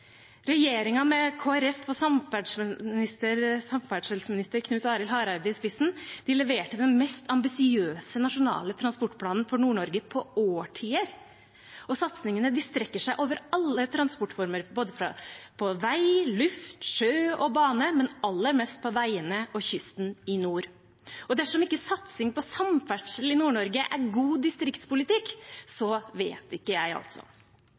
med Kristelig Folkeparti og samferdselsminister Knut Arild Hareide i spissen, leverte den mest ambisiøse nasjonale transportplanen for Nord-Norge på årtier, og satsingene strekker seg over alle transportformer, på både vei, luft, sjø og bane, men aller mest på veiene og kysten i nord. Dersom ikke satsing på samferdsel i Nord-Norge er god distriktspolitikk, så vet ikke jeg.